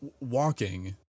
walking